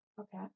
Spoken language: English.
Okay